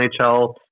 NHL